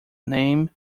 name